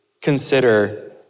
consider